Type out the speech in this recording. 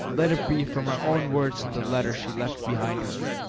let it be from her own words in the letters she left behind her.